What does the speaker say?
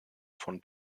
von